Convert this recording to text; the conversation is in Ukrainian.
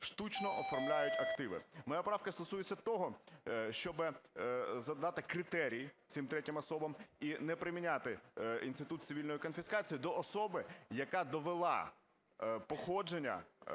штучно оформляють активи. Моя правка стосується того, щоб задати критерій цим третім особам і не приміняти інститут цивільної конфіскації до особи, яка довела походження